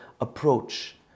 approach